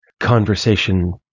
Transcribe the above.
conversation